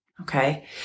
Okay